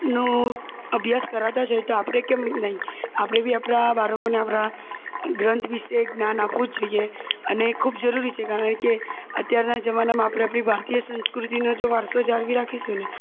નો અભ્યાસ કરાવતા જ હોય તો આપણે કેમ નહીં આપણે બી આપણાં બાળકોને આપણાં ગ્રંથ વિશે જ્ઞાન આપવું જ જોઈએ અને ખૂબ જરૂરી છે કારણ કે અત્યારના જમાનામાં આપણે આપણી ભારતીય સંસ્કૃતિનો જો વારસો જાળવી રાખીશું ને